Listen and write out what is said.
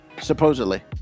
supposedly